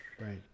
Right